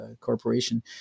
corporation